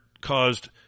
caused